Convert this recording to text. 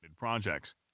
projects